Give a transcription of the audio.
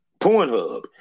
Pornhub